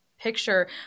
picture